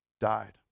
died